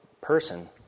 person